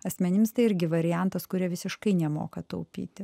asmenims tai irgi variantas kurie visiškai nemoka taupyti